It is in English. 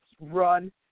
run